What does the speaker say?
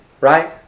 Right